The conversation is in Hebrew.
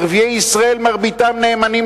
ערביי ישראל, מרביתם נאמנים